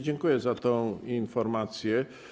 Dziękuję za tę informację.